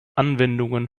anwendungen